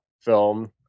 film